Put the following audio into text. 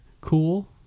cool